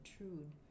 intrude